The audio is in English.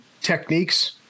techniques